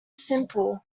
simple